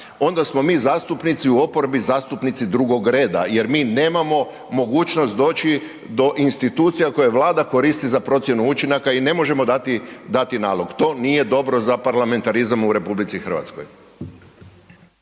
onda smo mi zastupnici u oporbi zastupnici drugog reda jer mi nemamo mogućnost doći do institucija koje Vlada koristi za procjenu učinaka i ne možemo dati nalog. To nije dobro za parlamentarizam u RH.